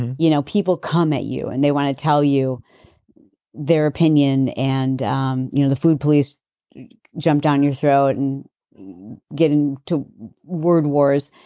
you know people come at you and they want to tell you their opinion and um you know the food police jump down your throat and get and into word wars.